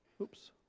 Oops